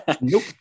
Nope